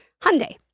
Hyundai